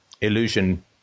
illusion